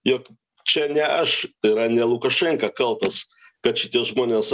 jog čia ne aš tai yra ne lukašenka kaltas kad šitie žmonės